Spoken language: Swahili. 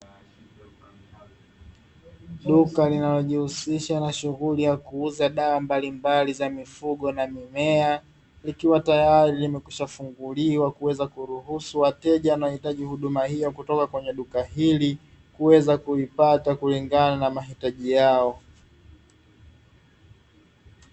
Duka linalojihusisha na shughuli ya kuuza dawa mbalimbali za mifugo na mimea, likiwa tayari limekwisha funguliwa, kuweza kuruhusu wateja wanaohitaji huduma hiyo kutoka kwenye duka hili, kuweza kuipata kulingana na mahitaji yao.